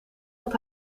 dat